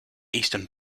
eastern